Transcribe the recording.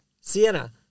Sienna